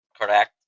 Correct